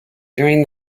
during